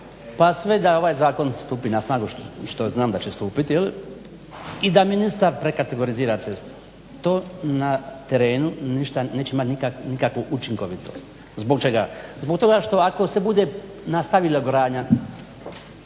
pa sve da ovaj zakon stupi na snagu, što znam da će stupiti, i da ministar prekategorizira ceste to na terenu neće imati nikakvu učinkovitost. Zbog čega? Zbog toga što ako se bude nastavila gradnja,